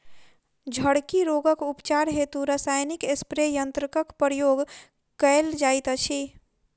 झड़की रोगक उपचार हेतु रसायनिक स्प्रे यन्त्रकक प्रयोग कयल जाइत अछि